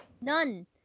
None